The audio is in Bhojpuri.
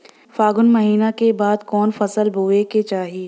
फागुन महीना के बाद कवन फसल बोए के चाही?